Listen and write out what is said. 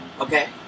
Okay